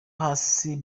hasi